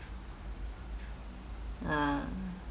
ah